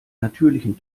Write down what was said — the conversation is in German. natürlichen